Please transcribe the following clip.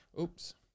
Oops